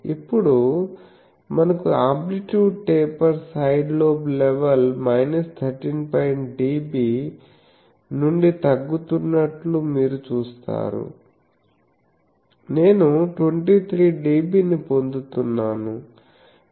ఇప్పుడు మనకు amplitude taper side lobe level 13dB నుండి తగ్గుతున్నట్లు మీరు చూస్తున్నారు నేను 23dB ని పొందుతున్నాను